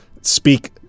speak